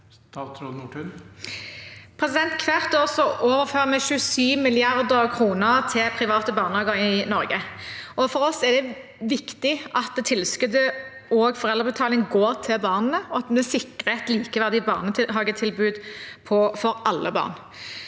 Hvert år overfører vi 27 mrd. kr til private barnehager i Norge, og for oss er det viktig at tilskuddet og foreldrebetalingen går til barna, og at vi sikrer et likeverdig barnehagetilbud for alle barn.